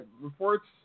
reports